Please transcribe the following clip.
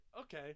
okay